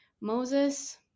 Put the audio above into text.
Moses